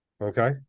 Okay